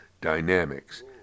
dynamics